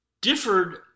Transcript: differed